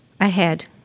ahead